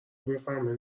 بفهمه